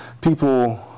People